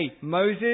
Moses